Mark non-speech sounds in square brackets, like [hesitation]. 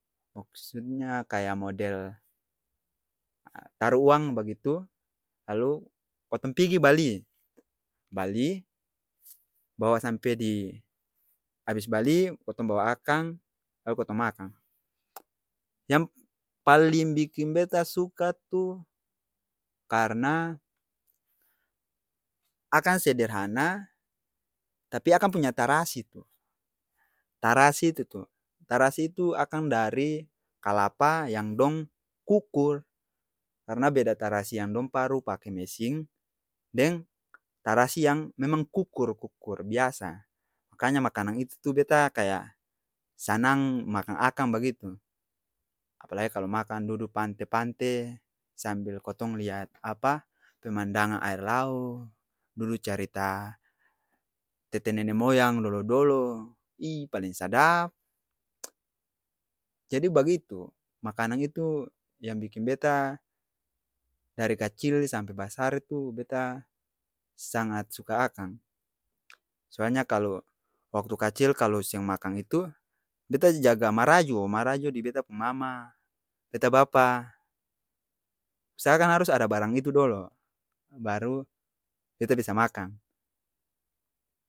Moksutnya kaya model, [hesitation] taro uang begitu, lalu kotong pigi bali, bali bawa sampe di, abis bali, kotong bawa akang, lalu kotong makang. [noise] yang paling biking beta suka tu karna, akang sederhana, tapi akang punya tarasi tu. Tarasi itu tu tarasi itu, akang dari kalapa yang dong kukur, karna beda tarasi yang dong paru pake mesing, deng, tarasi yang memang kukur, kukur biasa, makanya makanang itu tu beta kaya sanang makang akang begitu, apalai kalo makang dudu pante-pante, sambil kotong liat [noise] apa pemandangang aer lao, dudu carita tete nene moyang dolo-dolo, [unintelligible] paleng sadaap. [noise] Jadi bagitu, makanang itu yang biking beta dari kacil sampe basar itu beta, sangat suka akang. Soalnya kalo, waktu kacil kalo seng makang itu, beta jaga marajo, marajo di beta pung mama beta bapa usahakan harus ada barang itu dolo, baru beta bisa makang.